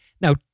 Now